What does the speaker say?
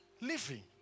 living